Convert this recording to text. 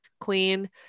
queen